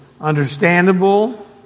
understandable